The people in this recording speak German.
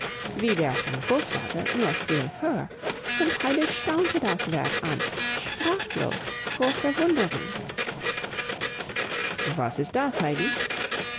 wie der vom großvater nur viel höher und heidi staunte das werk an sprachlos vor verwunderung was ist das heidi